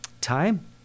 time